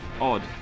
odd